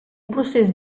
procés